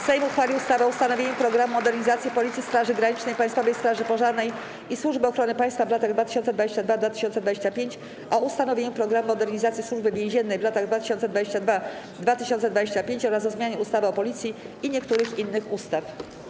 Sejm uchwalił ustawę o ustanowieniu „Programu modernizacji Policji, Straży Granicznej, Państwowej Straży Pożarnej i Służby Ochrony Państwa w latach 2022-2025”, o ustanowieniu „Programu modernizacji Służby Więziennej w latach 2022-2025” oraz o zmianie ustawy o Policji i niektórych innych ustaw.